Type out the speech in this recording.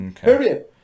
Period